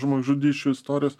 žmogžudysčių istorijos